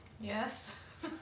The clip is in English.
Yes